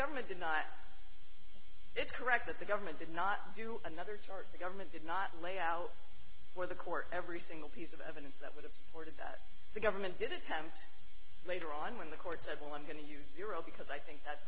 government did not it's correct that the government did not do another charge the government did not lay out for the court every single piece of evidence that would have supported that the government did attempt later on when the court said well i'm going to use your own because i think that's